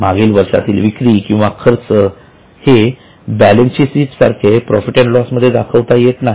मागील वर्षातील विक्री किंवा खर्च हे बॅलन्सशीट सारखे प्रॉफिट अँड लॉस मध्ये दाखवता येत नाही